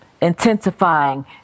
Intensifying